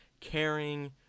caring